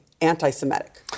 anti-Semitic